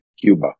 Cuba